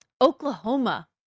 Oklahoma